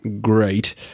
great